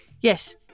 Yes